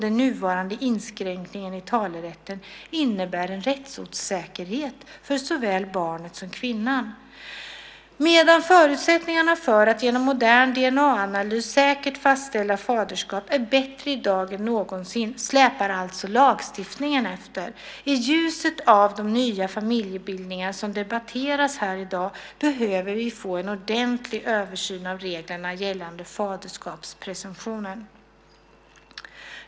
Den nuvarande inskränkningen i talerätten innebär en rättsosäkerhet för såväl barnet som kvinnan. Medan förutsättningarna för att genom modern DNA-analys säkert fastställa faderskap är bättre i dag är någonsin, släpar alltså lagstiftningen efter. I ljuset av de nya familjebildningar som debatteras här i dag behöver vi få en ordentlig översyn av reglerna gällande faderskapspresumtionen.